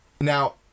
Now